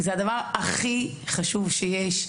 זה הדבר הכי חשוב שיש.